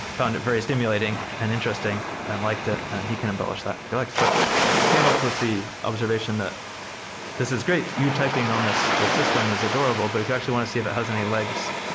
found it very stimulating and interesting and liked it and he can embellish that if he likes, but came up with the observation that this is great. you typing on this this system is adorable, but if you actually want to see if it has any legs,